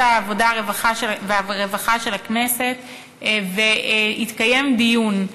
העבודה והרווחה של הכנסת והתקיים דיון.